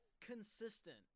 consistent